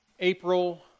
April